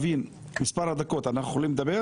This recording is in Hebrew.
מספר הדקות שאנחנו יכולים לדבר